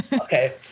Okay